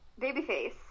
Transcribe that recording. Babyface